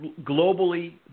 globally